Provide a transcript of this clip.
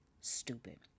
stupid